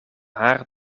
haar